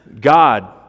God